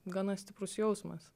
gana stiprus jausmas